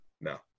No